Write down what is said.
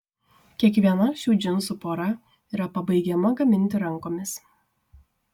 kiekviena šių džinsų pora yra pabaigiama gaminti rankomis